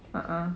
ah ah